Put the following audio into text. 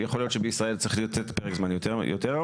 יכול להיות שישראל צריך לתת פרק זמן יותר ארוך.